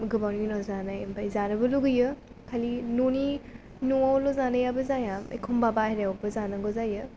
गोबावनि उनाव जानाय ओमफ्राय जानोबो लुगैयो खालि न'नि न'वावल' जानायाबो जाया एखम्बा बाहेरायावबो जानांगौ जायो